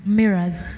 mirrors